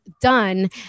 done